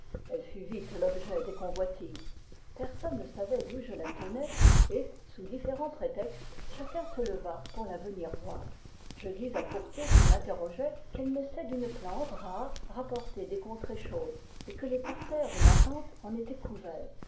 elle fut vite l'objet des convoitises personne ne savait d'où je la tenais et sous différents prétextes chacun se leva pour la venir voir je dis à courtot qui m'interrogeait qu'elle naissait d'une plante rare rapportée des contrées chaudes et que les parterres de ma tante en étaient couverts